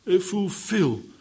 fulfill